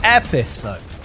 episode